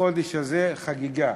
החודש הזה הוא חגיגה.